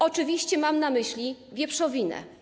Oczywiście mam na myśli wieprzowinę.